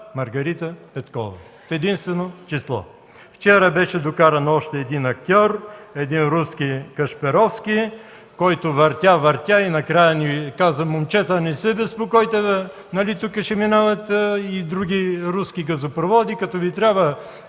Маргарита Петкова, в единствено число. Вчера беше докаран още един актьор – един руски Кашпировски, който въртя, въртя и накрая ни каза: „Момчета, не се безпокойте, нали тук ще минават и други руски газопроводи. Като Ви трябва